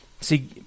See